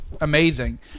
amazing